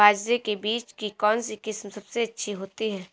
बाजरे के बीज की कौनसी किस्म सबसे अच्छी होती है?